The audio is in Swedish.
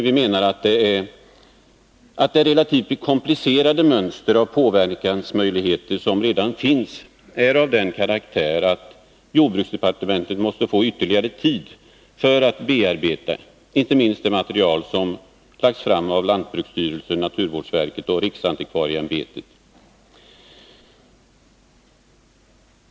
Vi anser dock att det relativt komplicerade mönster av påverkansmöjligheter som redan finns är av den karaktären att jordbruksdepartementet måste få ytterligare tid på sig för att bearbeta inte minst det material som lagts fram av lantbruksstyrelsen, naturvårdsverket och riksantikvarieämbetet.